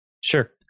Sure